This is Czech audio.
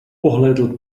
pohlédl